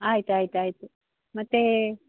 ಆಯ್ತು ಆಯ್ತು ಆಯಿತು ಮತ್ತು